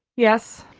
yes,